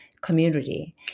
community